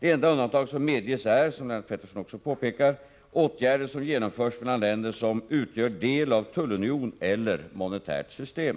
Det enda undantag som medges är, som Lennart Pettersson också påpekar, åtgärder som genomförs mellan länder som ”utgör del av tullunion eller monetärt system”.